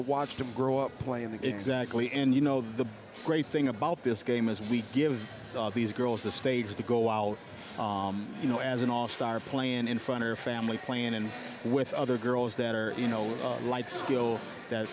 to watch them grow up playing that exactly and you know the great thing about this game is we give these girls the stage to go out you know as an all star playing in front of a family playing and with other girls that are you know life skill that